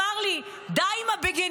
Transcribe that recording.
אמר לי: די עם הבגיניזם,